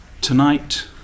Tonight